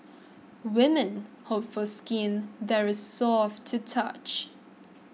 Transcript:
women hope for skin that is soft to touch